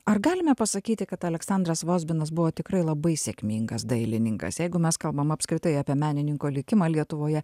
ar galime pasakyti kad aleksandras vozbinas buvo tikrai labai sėkmingas dailininkas jeigu mes kalbam apskritai apie menininko likimą lietuvoje